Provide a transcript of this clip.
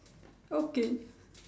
okay